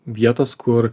vietos kur